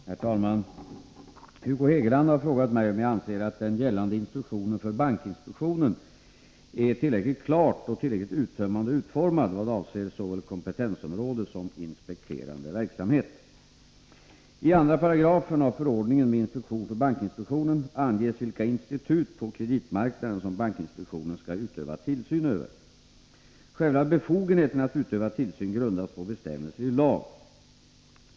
Herr talman! Hugo Hegeland har frågat mig om jag anser att den gällande instruktionen för bankinspektionen är tillräckligt klart och tillräckligt uttömmande utformad vad avser såväl kompetensområde som inspekterande verksamhet. 12 § förordningen med instruktion för bankinspektionen anges vilka institut på kreditmarknaden som bankinspektionen skall utöva tillsyn över. Själva befogenheten att utöva tillsyn grundas på bestämmelser i lag.